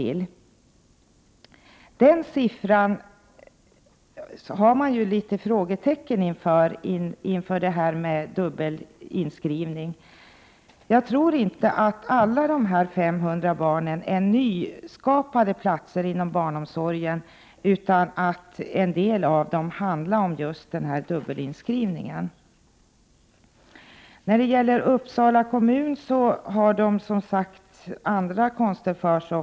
Det kan sättas frågetecken inför denna siffra, och jag tror inte att det är fråga om 500 nya platser inom barnomsorgen utan att en del av den just gäller dubbelinskrivning. Uppsala kommun har också andra konster för sig.